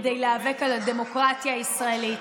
כדי להיאבק על הדמוקרטיה הישראלית,